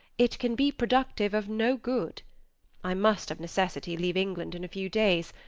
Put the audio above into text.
it can be productive of no good i must of necessity leave england in a few days,